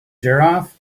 giraffe